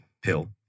pill